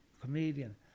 Comedian